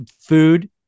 food